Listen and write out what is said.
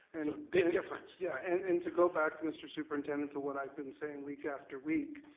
big difference. yeah and and to go back, mr. superintendent, to what i've been saying week after week.